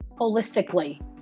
holistically